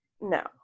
No